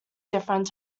different